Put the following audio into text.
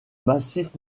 massif